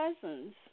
cousins